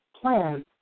plan